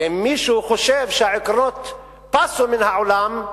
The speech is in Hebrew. ואם מישהו חושב שהעקרונות פסו מן העולם,